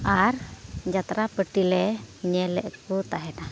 ᱟᱨ ᱡᱟᱛᱨᱟ ᱯᱟᱴᱤ ᱞᱮ ᱧᱮᱞᱮᱫ ᱠᱚ ᱛᱟᱦᱮᱱᱟ